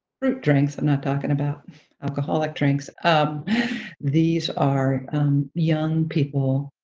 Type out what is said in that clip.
fruit drinks, i'm not talking about alcoholic drinks, um these are young people,